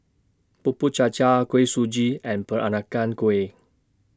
Bubur Cha Cha Kuih Suji and Peranakan Kueh